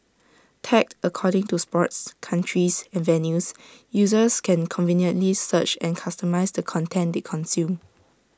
tagged according to sports countries and venues users can conveniently search and customise the content they consume